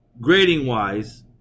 grading-wise